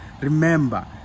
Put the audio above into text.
remember